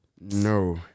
no